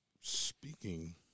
Speaking